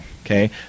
okay